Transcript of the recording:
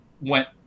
went